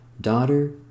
Daughter